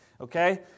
okay